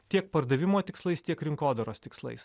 tiek pardavimo tikslais tiek rinkodaros tikslais